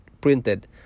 printed